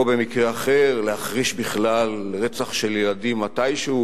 או במקרה אחר, להכחיש בכלל רצח של ילדים מתישהו,